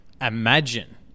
imagine